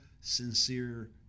Sincere